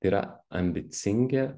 tai yra ambicingi